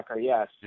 yes